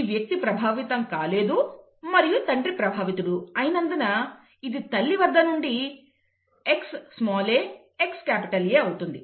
ఈ వ్యక్తి ప్రభావితం కాలేదు మరియు తండ్రి ప్రభావితుడు అయినందున ఇది తల్లి వద్ద నుండి XaXA అవుతుంది